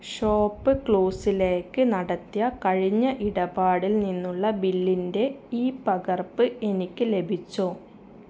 shop ക്ളോസിലേക്ക് നടത്തിയ കഴിഞ്ഞ ഇടപാടിൽ നിന്നുള്ള ബില്ലിൻ്റെ ഇ പകർപ്പ് എനിക്ക് ലഭിച്ചോ